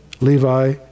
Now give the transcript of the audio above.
Levi